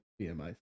BMI